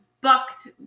bucked